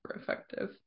effective